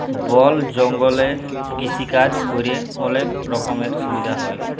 বল জঙ্গলে কৃষিকাজ ক্যরে অলক রকমের সুবিধা হ্যয়